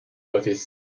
l’office